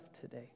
today